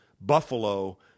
Buffalo